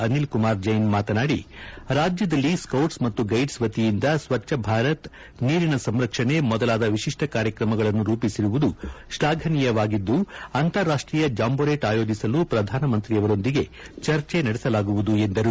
ಅನಿಲ್ ಕುಮಾರ್ ಜೈನ್ ಮಾತನಾಡಿ ರಾಜ್ಯದಲ್ಲಿ ಸೈಟ್ಸ್ ಮತ್ತು ಗೈಡ್ಸ್ ವತಿಯಿಂದ ಸ್ವಚ್ಛಭಾರತ ನೀರಿನ ಸಂರಕ್ಷಣೆ ಮೊದಲಾದ ವಿಶಿಷ್ಟ ಕಾರಕ್ಷಮಗಳನ್ನು ರೂಪಿಸಿರುವುದು ಶ್ಲಾಘನೀಯವಾಗಿದ್ದು ಅಂತಾರಾಷ್ಷೀಯ ಜಾಂಬ್ರೇಟ್ ಆಯೋಜಿಸಲು ಪ್ರಧಾನಮಂತ್ರಿಯವರೊಂದಿಗೆ ಚರ್ಚೆ ನಡೆಸಲಾಗುವುದು ಎಂದರು